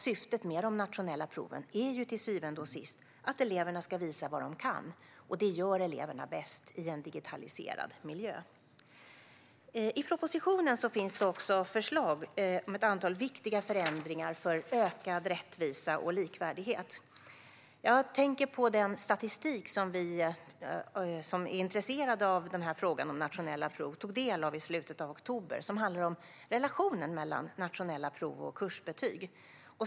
Syftet med de nationella proven är till syvende och sist att eleverna ska visa vad de kan. Och det gör eleverna bäst i en digitaliserad miljö. I propositionen finns det också förslag på ett antal viktiga förändringar för ökad rättvisa och likvärdighet. Jag tänker på den statistik som vi som är intresserade av frågan om nationella prov tog del av i slutet av oktober. Det handlar om relationen mellan nationella prov och kursbetyg.